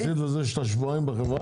יחסית לזה שאתה שבועיים בחברה,